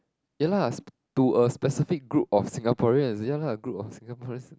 ya lah to a specific group of Singaporean is ya lah group of Singaporeans